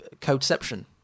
Codeception